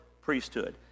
priesthood